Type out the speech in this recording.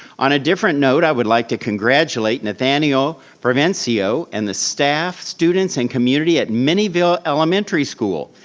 on a different note, i would like to congratulate nathaniel prevencio and the staff, students, and community at minnieville elementary school.